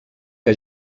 que